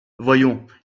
voyons